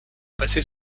passé